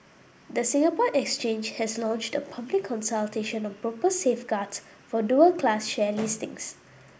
the Singapore Exchange has launched a public consultation on proposed safeguards for dual class share listings